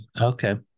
Okay